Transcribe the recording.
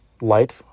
light